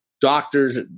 doctors